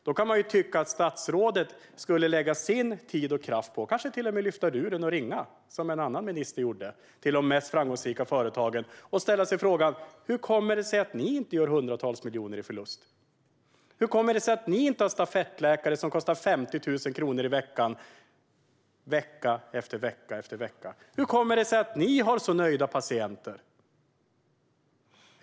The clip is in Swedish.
Då kanske statsrådet skulle lägga sin tid och kraft på att till och med lyfta luren och ringa, som en annan minister gjorde, till de mest framgångsrika företagen och fråga dem hur det kommer sig att de inte gör hundratals miljoner i förlust, hur det kommer sig att de inte anlitar stafettläkare som kostar 50 000 kronor i veckan vecka efter vecka och hur det kommer sig att de har så nöjda patienter.